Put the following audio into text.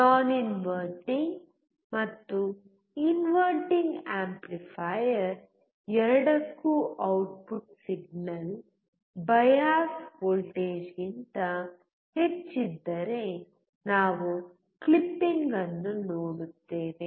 ನಾನ್ inverting ಮತ್ತು inverting amplifier ಎರಡಕ್ಕೂ output signal bias ವೋಲ್ಟೇಜ್ಗಿಂತ ಹೆಚ್ಚಿದ್ದರೆ ನಾವು ಕ್ಲಿಪಿಂಗ್ ಅನ್ನು ನೋಡುತ್ತೇವೆ